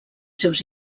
seus